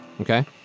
Okay